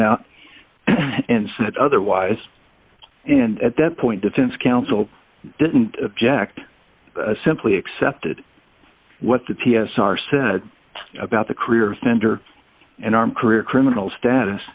out and said otherwise and at that point defense counsel didn't object simply accepted what the t s r said about the career center and our career criminal status